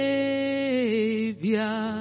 Savior